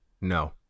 No